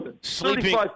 sleeping